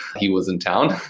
he was in town,